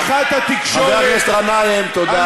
להמציא, בתמיכת התקשורת, חבר הכנסת גנאים, תודה.